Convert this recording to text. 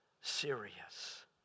serious